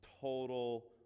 total